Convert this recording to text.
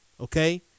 Okay